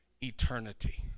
eternity